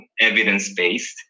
evidence-based